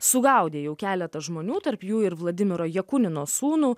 sugaudė jau keletą žmonių tarp jų ir vladimiro jakunino sūnų